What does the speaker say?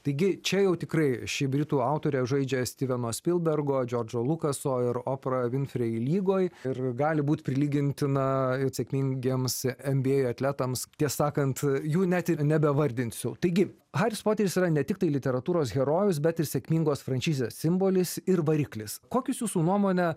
taigi čia jau tikrai ši britų autorė žaidžia stiveno spilbergo džordžo lukaso ir oprah winfrey lygoj ir gali būt prilygintina sėkmingiems nba atletams tiesa sakant jų net ir nebevardinsiu taigi haris poteris yra ne tiktai literatūros herojus bet ir sėkmingos franšizės simbolis ir variklis kokius jūsų nuomone